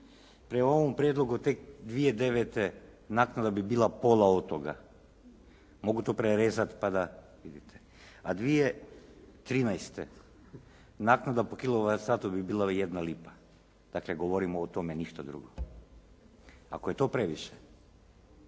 Prema ovom prijedlogu tek 2009. naknada bi bila pola od toga. Mogu to prerezati, pa da vidite. A 2013. naknada po kilovat satu bi bila jedna lipa. Dakle, govorim o tome, ništa drugo. Ako je to previše,